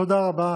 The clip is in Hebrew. תודה רבה